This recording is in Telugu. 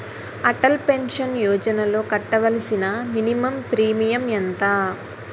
అటల్ పెన్షన్ యోజనలో కట్టవలసిన మినిమం ప్రీమియం ఎంత?